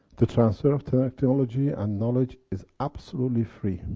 the transfer of technology and knowledge is absolutely free.